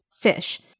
fish